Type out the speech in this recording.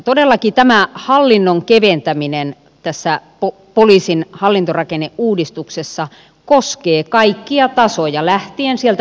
todellakin tämä hallinnon keventäminen tässä poliisin hallintorakenneuudistuksessa koskee kaikkia tasoja lähtien sieltä poliisihallituksesta